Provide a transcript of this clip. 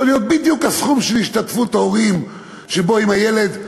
יכול להיות בדיוק הסכום של השתתפות ההורים אם הילד,